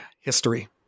history